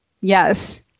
Yes